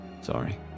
Sorry